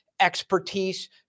expertise